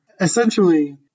Essentially